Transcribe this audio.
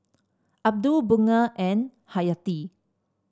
Abdul Bunga and Hayati